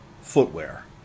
footwear